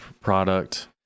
product